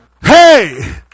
Hey